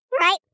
right